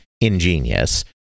ingenious